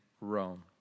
Rome